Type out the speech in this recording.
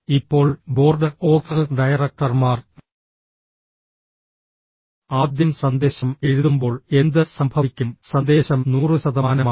ഇപ്പോൾ board of ഡയറക്ടർമാർ ആദ്യം സന്ദേശം എഴുതുമ്പോൾ എന്ത് സംഭവിക്കും സന്ദേശം 100 ശതമാനമാണ്